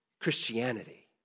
Christianity